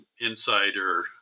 insider